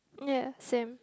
yes same